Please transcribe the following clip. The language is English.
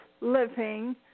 living